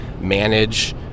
manage